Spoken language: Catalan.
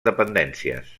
dependències